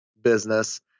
business